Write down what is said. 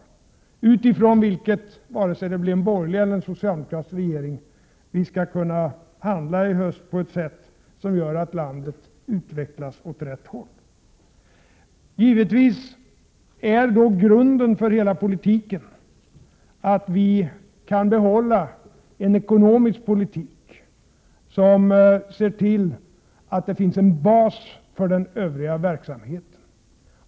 Mot denna bakgrund bör vi — vare sig det blir en borgerlig eller en socialdemokratisk regering — i höst kunna handla på ett sätt som gör att landet utvecklas åt rätt håll. Givetvis är grunden att vi kan behålla en ekonomisk politik som ger en bas för den övriga verksamheten.